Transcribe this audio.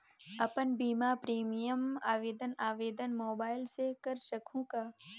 अपन बीमा प्रीमियम आवेदन आवेदन मोबाइल से कर सकहुं का?